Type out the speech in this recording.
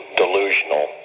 delusional